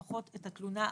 לפחות את התלונה הראשונה,